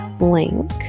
link